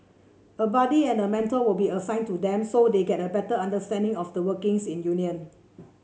a buddy and mentor will be assigned to them so they get a better understanding of the workings in union